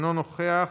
אינו נוכח,